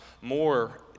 more